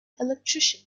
electrician